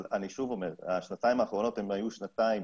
אבל אני שוב אומר, השנתיים האחרונות היו שנתיים